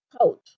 coach